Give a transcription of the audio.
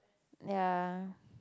ya